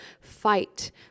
fight